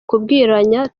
kubirwanya